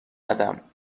ندم